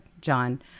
John